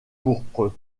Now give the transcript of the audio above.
pourpre